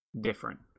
different